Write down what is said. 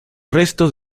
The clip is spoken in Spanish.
restos